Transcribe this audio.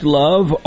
love